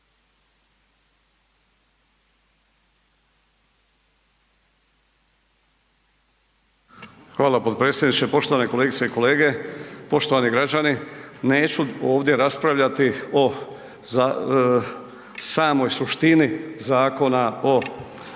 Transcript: Hvala potpredsjedniče. Poštovane kolegice i kolege, poštovani građani neću ovdje raspravljati i samoj suštini zakona o,